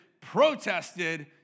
protested